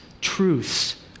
truths